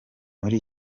muri